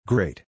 Great